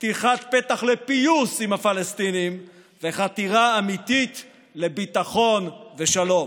פתיחת פתח לפיוס עם הפלסטינים וחתירה אמיתית לביטחון ושלום.